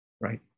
right